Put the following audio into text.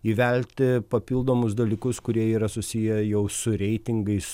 įvelti papildomus dalykus kurie yra susiję jau su reitingais